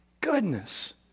Goodness